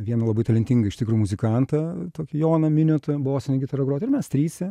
vieną labai talentingą iš tikrų muzikantą tokį joną miniotą bosine gitara grot ir mes tryse